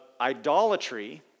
idolatry